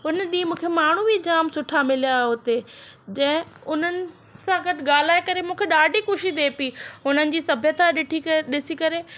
हुन ॾींहुं मूंखे माण्हू बि जाम सुठा मिलिया हुते जंहिं उन्हनि सां गॾु ॻाल्हाए करे मूंखे ॾाढी ख़ुशी थिए पेई हुननि जी सभ्यता ॾिठी ॾिसी करे